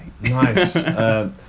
Nice